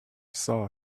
saw